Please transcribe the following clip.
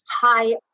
tie